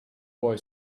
boy